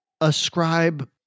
ascribe